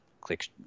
click